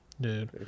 Dude